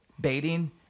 baiting